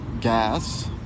gas